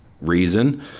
reason